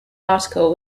article